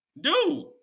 dude